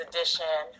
Edition